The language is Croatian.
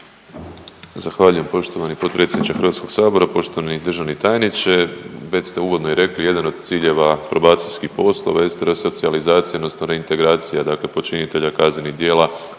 Zahvaljujem poštovani potpredsjedniče Hrvatskog sabora. Poštovani državni tajniče, već ste uvodno i rekli jedan od ciljeva probacijskih poslova jest resocijalizacija odnosno reintegracija dakle počinitelja kaznenih djela,